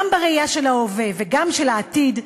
גם בראייה של ההווה וגם של העתיד,